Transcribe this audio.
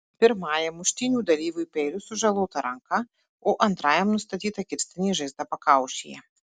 pirmajam muštynių dalyviui peiliu sužalota ranka o antrajam nustatyta kirstinė žaizda pakaušyje